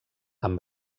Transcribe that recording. amb